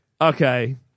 okay